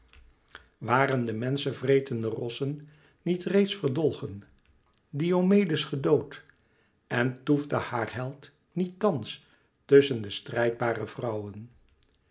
waren de menschen vretende rossen niet reeds verdolgen diomedes gedood en toefde haar held niet thans tusschen de strijdbare vrouwen